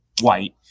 White